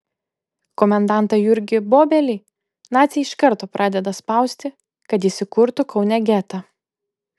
komendantą jurgį bobelį naciai iš karto pradeda spausti kad jis įkurtų kaune getą